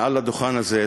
מעל הדוכן הזה,